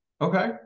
okay